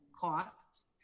costs